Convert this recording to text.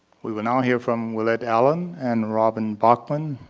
we will now hear from willette allen and robin bachman,